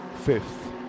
Fifth